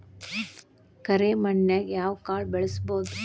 ಕರೆ ಮಣ್ಣನ್ಯಾಗ್ ಯಾವ ಕಾಳ ಬೆಳ್ಸಬೋದು?